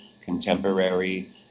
contemporary